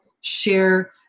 share